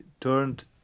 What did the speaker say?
turned